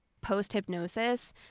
post-hypnosis